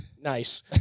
Nice